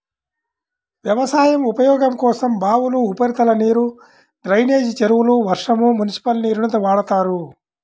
వ్యవసాయ ఉపయోగం కోసం బావులు, ఉపరితల నీరు, డ్రైనేజీ చెరువులు, వర్షం, మునిసిపల్ నీరుని వాడతారు